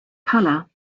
color